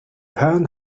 pan